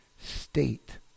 state